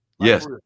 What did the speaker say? Yes